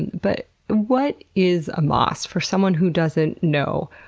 but what is a moss? for someone who doesn't know,